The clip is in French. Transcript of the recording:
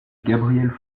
gabriel